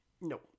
No